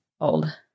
old